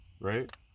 right